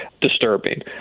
disturbing